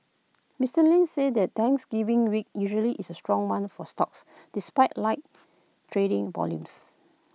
Mister Lynch said the Thanksgiving week usually is A strong one for stocks despite light trading volumes